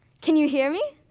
can you hear me?